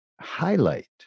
highlight